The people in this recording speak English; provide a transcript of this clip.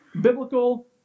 biblical